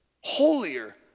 holier